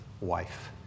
wife